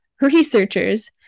researchers